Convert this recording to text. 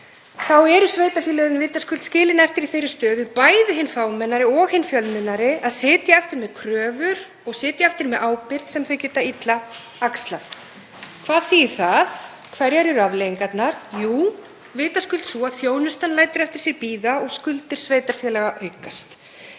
þá eru sveitarfélögin vitaskuld skilin eftir í þeirri stöðu, bæði hin fámennari og hin fjölmennari, að sitja eftir með kröfur og sitja eftir með ábyrgð sem þau geta illa axlað. Hvað þýðir það? Hverjar eru afleiðingarnar? Jú, vitaskuld þær að þjónustan lætur bíða eftir sér og skuldir sveitarfélaga aukast.